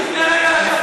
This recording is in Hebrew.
רק לפני רגע,